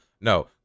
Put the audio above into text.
no